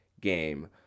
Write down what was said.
game